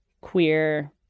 queer